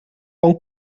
pan